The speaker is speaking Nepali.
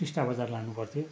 टिस्टा बजार लानु पर्थ्यो